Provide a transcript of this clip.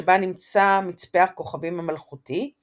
שבה נמצא מצפה הכוכבים המלכותי –